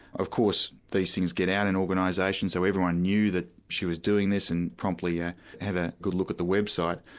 of course these things get out in organisations, so everyone knew that she was doing this and promptly ah had a good look at the website.